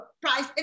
price